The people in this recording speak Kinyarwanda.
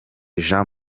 jean